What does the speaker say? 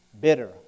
bitter